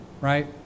right